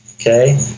Okay